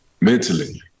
mentally